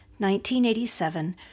1987